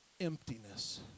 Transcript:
Emptiness